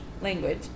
language